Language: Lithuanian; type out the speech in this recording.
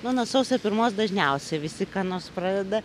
na nuo sausio pirmos dažniausia visi ką nors pradeda